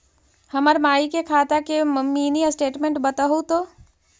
हमर माई के खाता के मीनी स्टेटमेंट बतहु तो?